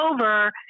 over